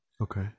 Okay